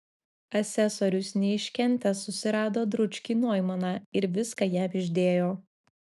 asesorius neiškentęs susirado dručkį noimaną ir viską jam išdėjo